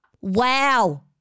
Wow